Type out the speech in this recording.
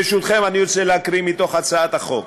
ברשותכם, אני רוצה להקריא מתוך הצעת החוק.